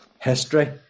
history